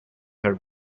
her